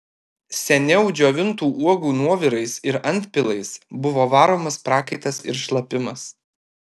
seniau džiovintų uogų nuovirais ir antpilais buvo varomas prakaitas ir šlapimas